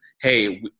hey